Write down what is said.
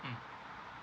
mm